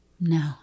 No